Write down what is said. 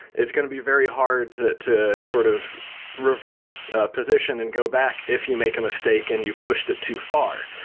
it's going to be very hard to to sort of reverse position and go back if you make a mistake and you pushed it too far.